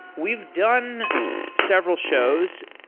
we've done several shows.